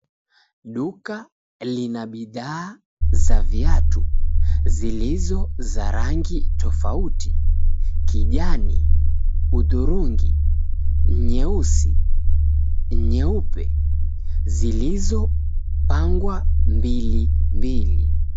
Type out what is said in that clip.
Duka lina bidhaa za viatu zilizo za rangi tofauti. Kijani, hudhurungi, nyeusi, nyeupe zilizopangwa mbilimbili.